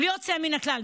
בלי יוצא מן הכלל,